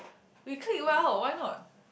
we clique well why not